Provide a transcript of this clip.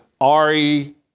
Ari